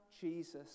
Jesus